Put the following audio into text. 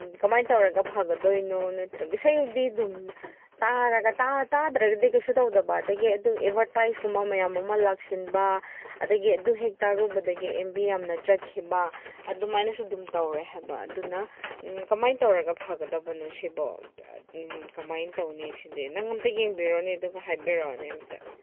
ꯀꯃꯥꯏꯅ ꯇꯧꯔꯒ ꯐꯒꯗꯣꯏꯅꯣ ꯅꯠꯇ꯭ꯔꯒ ꯏꯁꯩꯕꯨꯗꯤ ꯗꯨꯝ ꯇꯥꯔꯒ ꯇꯥꯗ꯭ꯔꯒꯗꯤ ꯀꯩꯁꯨ ꯇꯧꯗꯕ ꯑꯗꯨꯗꯒꯤ ꯑꯗꯨ ꯑꯦꯠꯕꯔꯇꯥꯏꯖꯀꯨꯝꯕ ꯃꯌꯥꯝ ꯑꯃ ꯂꯥꯛꯁꯤꯟꯕ ꯑꯗꯒꯤ ꯑꯗꯨꯍꯦꯛ ꯇꯥꯔꯨꯕꯗꯒꯤ ꯑꯦꯝ ꯕꯤ ꯌꯥꯝꯅ ꯆꯠꯈꯤꯕ ꯑꯗꯨꯃꯥꯏꯅꯁꯨ ꯑꯗꯨꯝ ꯇꯧꯔꯦ ꯍꯥꯏꯕ ꯑꯗꯨꯅ ꯀꯃꯥꯏꯅ ꯇꯧꯔꯒ ꯐꯒꯗꯕꯅꯣ ꯁꯤꯕꯣ ꯀꯃꯥꯏꯅ ꯇꯧꯅꯤ ꯁꯤꯗꯤ ꯅꯪ ꯑꯝꯇ ꯌꯦꯡꯕꯤꯔꯣꯅꯦ ꯑꯗꯨ ꯍꯥꯏꯕꯤꯔꯛꯑꯣꯅꯦ ꯑꯃꯨꯛꯇ